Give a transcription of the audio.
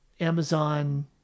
Amazon